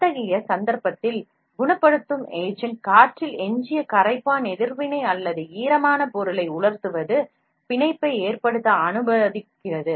அத்தகைய சந்தர்ப்பத்தில் curing agent காற்றில் எஞ்சிய கரைப்பான் எதிர்வினை அல்லது ஈரமான பொருளை உலர்த்துவதன் மூலம் பிணைப்பை ஏற்படுத்த அனுமதிக்கிறது